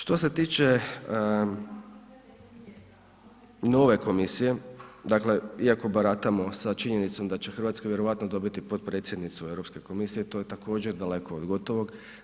Što se tiče nove komisije, dakle iako baratamo sa činjenicom da će Hrvatska vjerojatno dobiti potpredsjednicu Europske komisije, to je također daleko od gotovog.